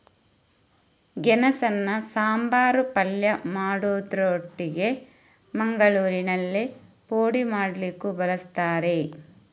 ಗೆಣಸನ್ನ ಸಾಂಬಾರು, ಪಲ್ಯ ಮಾಡುದ್ರ ಒಟ್ಟಿಗೆ ಮಂಗಳೂರಿನಲ್ಲಿ ಪೋಡಿ ಮಾಡ್ಲಿಕ್ಕೂ ಬಳಸ್ತಾರೆ